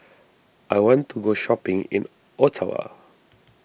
I want to go shopping in Ottawa